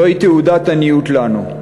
זוהי תעודת עניות לנו.